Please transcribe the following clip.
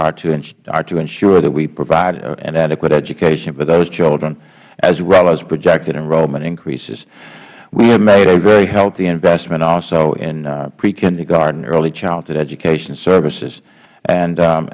are to ensure that we provide an adequate education for those children as well as projected enrollment increases we have made a very healthy investment also in prekindergarten early childhood education services and